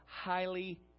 highly